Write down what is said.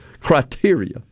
criteria